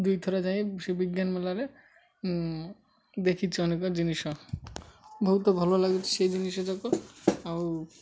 ଦୁଇଥର ଯାଇ ସେ ବିଜ୍ଞାନ ମେଳାରେ ଦେଖିଛି ଅନେକ ଜିନିଷ ବହୁତ ଭଲ ଲାଗୁଛି ସେଇ ଜିନିଷ ଯାକ ଆଉ